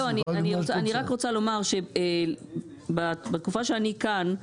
אני רק רוצה לומר שבתקופה שאני כאן,